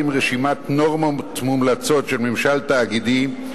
רשימת נורמות מומלצות של ממשל תאגידי,